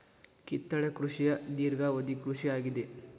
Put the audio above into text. ಕಿತ್ತಳೆ ಕೃಷಿಯ ಧೇರ್ಘವದಿ ಕೃಷಿ ಆಗಿದೆ